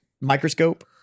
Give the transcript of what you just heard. microscope